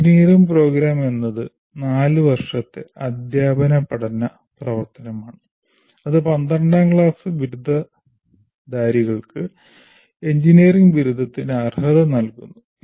engineering programme എന്നത് നാലുവർഷത്തെ അദ്ധ്യാപന പഠന പ്രവർത്തനമാണ് അത് പന്ത്രണ്ടാം ക്ലാസ് ബിരുദധാരികൾക്ക് എഞ്ചിനീയറിംഗ് ബിരുദത്തിന് അർഹത നൽകുന്നു